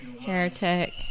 Heretic